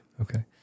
Okay